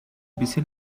bisschen